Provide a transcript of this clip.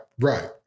Right